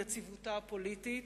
יציבותה הפוליטית